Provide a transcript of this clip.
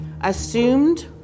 assumed